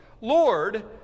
Lord